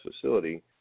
facility